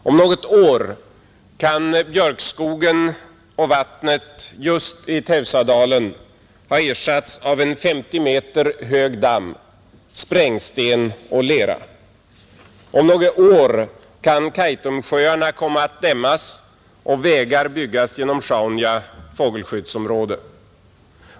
Om något år kan björkskogen och vattnet just i Teusadalen ha ersatts av en 50 meter hög damm, sprängsten och lera. Om något år kan Kaitumsjöarna komma att dämmas och vägar byggas genom Sjaunja fågelskyddsområde.